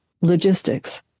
logistics